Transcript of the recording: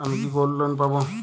আমি কি gold loan পাবো?